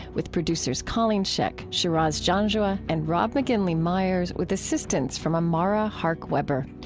with producers colleen scheck, shiraz janjua, and rob mcginley myers, with assistance from amara hark-weber.